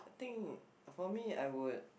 I think for me I would